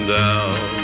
down